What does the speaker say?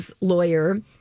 lawyer